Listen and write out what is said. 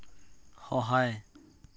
সহায়